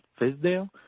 Fisdale